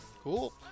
Cool